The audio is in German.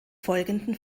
folgenden